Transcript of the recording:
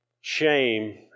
shame